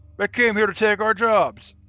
but came here to take our jobs.